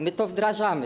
My to wdrażamy.